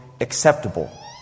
acceptable